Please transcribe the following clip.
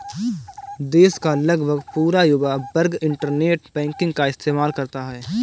देश का लगभग पूरा युवा वर्ग इन्टरनेट बैंकिंग का इस्तेमाल करता है